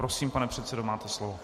Prosím, pane předsedo, máte slovo.